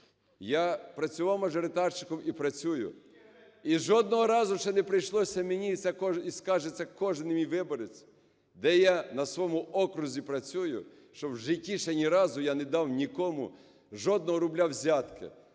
Я працював мажоритарщиком, і працюю, і жодного разу не ще прийшлося мені, і скаже це кожний мій виборець, де я на своєму окрузі працюю, що в житті ще ні разі я не дав нікому жодного рубля взятки,